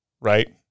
right